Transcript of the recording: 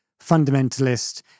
fundamentalist